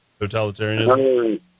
Totalitarianism